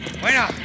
Bueno